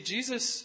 Jesus